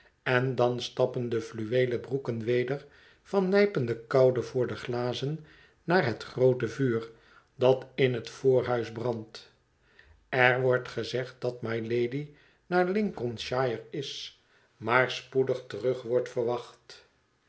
en dan stappen de fluweelen broeken weder van de nijpende koude voor de glazen naar het groote vuur dat in het voorhuis brandt er wordt gezegd dat mylady naar lincolnshire is maar spoedig terug wordt verwacht